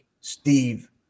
Steve